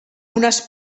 unes